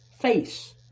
face